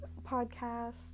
podcast